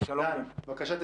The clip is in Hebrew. משרד מבקר המדינה, בבקשה.